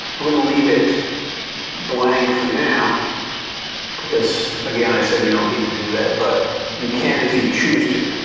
i'm going to leave it blank for now because, again, i said you don't need to do that, but you can if you choose to.